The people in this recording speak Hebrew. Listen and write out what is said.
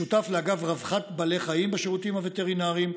משותף לאגף רווחת בעלי חיים בשירותים הווטרינריים,